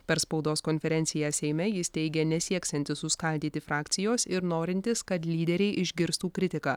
per spaudos konferenciją seime jis teigė nesieksiantis suskaldyti frakcijos ir norintis kad lyderiai išgirstų kritiką